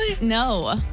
No